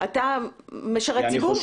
אתה משרת ציבור.